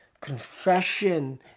Confession